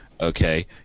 Okay